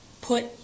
put